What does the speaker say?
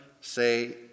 say